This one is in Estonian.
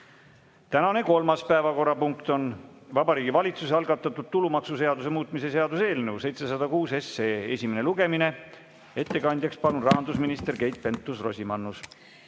Tänane kolmas päevakorrapunkt on Vabariigi Valitsuse algatatud tulumaksuseaduse muutmise seaduse eelnõu 706 esimene lugemine. Ettekandjaks palun rahandusminister Keit Pentus-Rosimannuse.